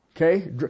Okay